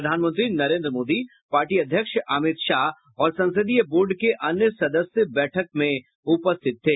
प्रधानमंत्री नरेन्द्र मोदी पार्टी अध्यक्ष अमित शाह और संसदीय बोर्ड के अन्य सदस्य बैठक में उपस्थित थे